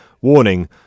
warning